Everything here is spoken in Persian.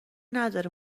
نداره